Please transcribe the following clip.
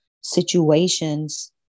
situations